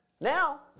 Now